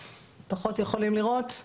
אז אני כבר אגיד ש-